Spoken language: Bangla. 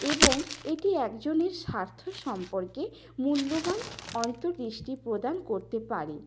এবং এটি একজনের স্বার্থ সম্পর্কে মূল্যবান অন্তর্দৃষ্টি প্রদান করতে পারে